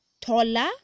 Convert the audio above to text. taller